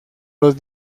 los